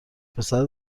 پسر